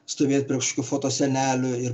stovėt prie kažkokių foto sienelių ir